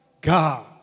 God